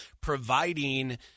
providing